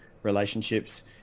relationships